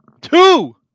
Two